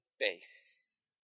face